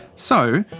so,